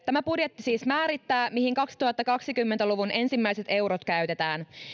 tämä budjetti siis määrittää mihin kaksituhattakaksikymmentä luvun ensimmäiset eurot käytetään